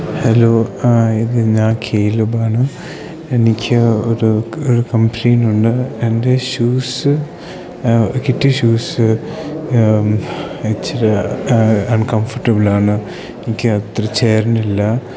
hello ഇത് ഞാൻ കേയിലുബാണ് എനിക്ക് ഒരു കംപ്ലയിന്റുണ്ട് എൻ്റെ ഷൂസ് കിട്ടിയ ഷൂസ് ഇച്ചിരി അൺകംഫർട്ടബിളാണ് എനിക്ക് അത്ര ചേരണില്ല